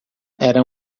era